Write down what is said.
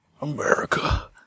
America